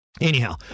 Anyhow